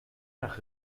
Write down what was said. nach